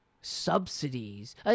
subsidies